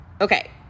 Okay